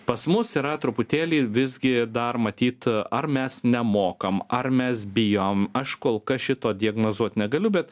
pas mus yra truputėlį visgi dar matyt ar mes nemokam ar mes bijom aš kol kas šito diagnozuot negaliu bet